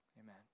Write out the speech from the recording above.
Amen